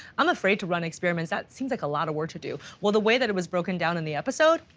i'm afraid to run experiments. that seems like a lot of work to do. well, the way that it was broken down in the episode,